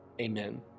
Amen